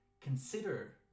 consider